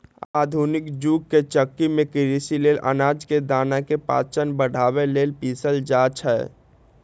आधुनिक जुग के चक्की में कृषि लेल अनाज के दना के पाचन बढ़ाबे लेल पिसल जाई छै